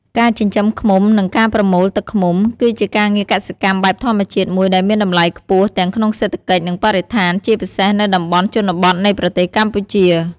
ការចិញ្ចឹមឃ្មុំ និងការប្រមូលទឹកឃ្មុំ គឺជាការងារកសិកម្មបែបធម្មជាតិមួយដែលមានតម្លៃខ្ពស់ទាំងក្នុងសេដ្ឋកិច្ច និងបរិស្ថាន ជាពិសេសនៅតំបន់ជនបទនៃប្រទេសកម្ពុជា។